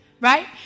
right